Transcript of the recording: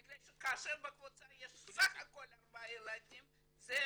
בגלל שכאשר בקבוצה יש בסך הכל ארבעה ילדים זו